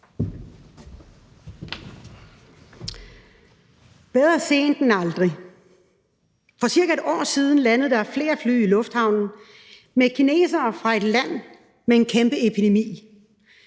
Bedre sent end aldrig. For cirka et år siden landede der flere fly i lufthavnen med kinesere, som altså kom fra et land med en kæmpe epidemi.